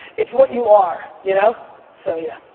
it's what you are, you know? so yeah.